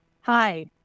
Hi